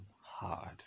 hard